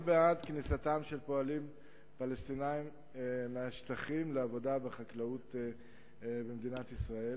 אני בעד כניסת פועלים פלסטינים מהשטחים לעבודה בחקלאות במדינת ישראל.